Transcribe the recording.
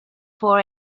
for